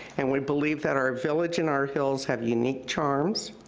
and we believe that our village and our hills have unique charms,